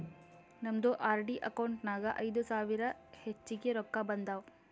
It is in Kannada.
ನಮ್ದು ಆರ್.ಡಿ ಅಕೌಂಟ್ ನಾಗ್ ಐಯ್ದ ಸಾವಿರ ಹೆಚ್ಚಿಗೆ ರೊಕ್ಕಾ ಬಂದಾವ್